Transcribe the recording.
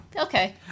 okay